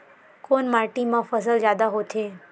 कोन माटी मा फसल जादा होथे?